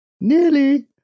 Nearly